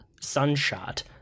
Sunshot